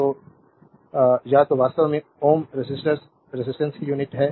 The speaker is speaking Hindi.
तो या तो वास्तव में Ω रेसिस्टर्स रेजिस्टेंस की यूनिट है